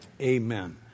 Amen